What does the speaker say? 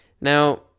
Now